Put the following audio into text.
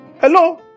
Hello